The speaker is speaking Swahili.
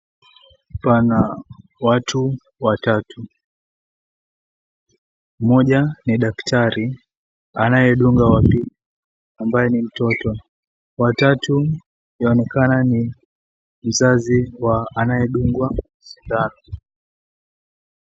Pana watu watatu. Mmoja ni daktari anayedunga wa pili ambaye ni mtoto. Wa tatu anaonekana ni mzazi wa anayedungwa sindano.